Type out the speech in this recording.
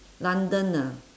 london ah